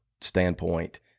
standpoint